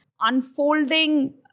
unfolding